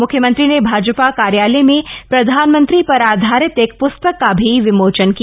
मुख्यमंत्री ने भाजपा कार्यालय में प्रधानमंत्री पर आधारित एक पुस्तक का विमोचन भी किया